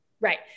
right